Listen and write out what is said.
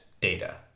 data